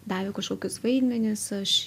davė kažkokius vaidmenis aš